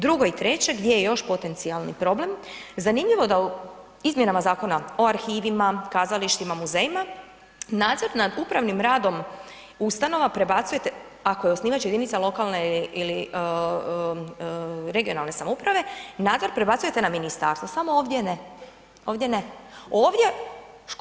Drugo i treće gdje je još potencijalni problem, zanimljivo da izmjenama zakona o arhivima, kazalištima, muzejima, nadzor nad upravnim radom ustanova prebacujete, ako je osnivačka jedinica lokalna ili regionalne samouprave, nadzor prebacujete na ministarstvo, samo ovdje ne, ovdje ne.